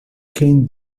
quem